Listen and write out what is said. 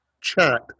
chat